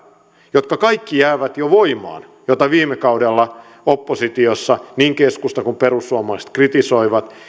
jotka kaikki jäävät voimaan ja joita viime kaudella oppositiossa niin keskusta kuin perussuomalaiset kritisoivat